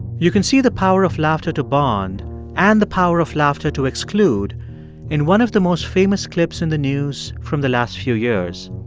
you can see the power of laughter to bond and the power of laughter to exclude in one of the most famous clips in the news from the last few years.